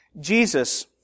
Jesus